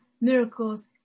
miracles